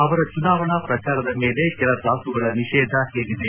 ಅವರ ಚುನಾವಣಾ ಪ್ರಚಾರದ ಮೇಲೆ ಕೆಲ ತಾಸುಗಳ ನಿಷೇಧ ಹೇರಿದೆ